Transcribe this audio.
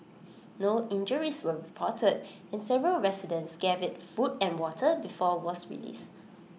no injuries were reported and several residents gave IT food and water before was released